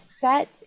set